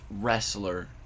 wrestler